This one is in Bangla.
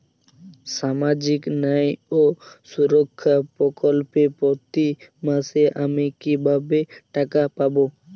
সামাজিক ন্যায় ও সুরক্ষা প্রকল্পে প্রতি মাসে আমি কিভাবে টাকা পাবো?